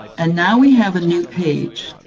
and now we have a new page,